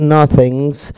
Nothings